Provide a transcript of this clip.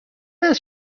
است